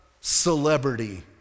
celebrity